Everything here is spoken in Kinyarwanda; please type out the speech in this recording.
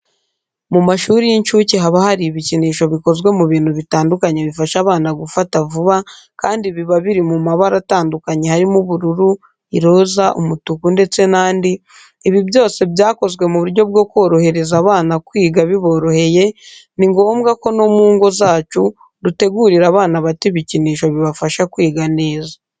Mu mashuri y'incuke haba hari ibikinisho bikozwe mu bintu bitandukanye bifasha abana gufata vuba kandi biba biri mu mabara atandukanye harimo, ubururu, iroza, umutuku ndetse n'andi, ibi byose byakozwe mu buryo bwo koroherereza abana kwiga biboroheye, ni ngombwa ko no mu ngo zacu dutegurira abana bato ibikinisho bibafasha kwiga neza.